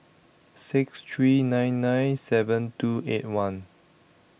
six three nine nine seven two eight one